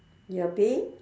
you are being